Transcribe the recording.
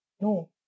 No